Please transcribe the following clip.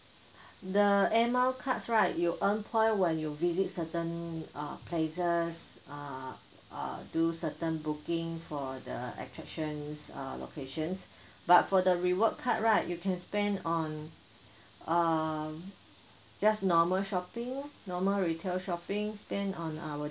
the air mile cards right you earn point when you visit certain uh places err uh do certain booking for the attractions' uh locations but for the reward card right you can spend on um just normal shopping normal retail shopping spend on our